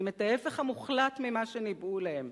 עושים את ההיפך המוחלט ממה שניבאו להם,